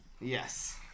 Yes